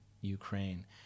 Ukraine